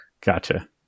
gotcha